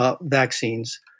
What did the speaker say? vaccines